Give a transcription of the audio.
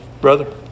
Brother